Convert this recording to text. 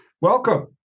Welcome